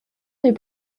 n’est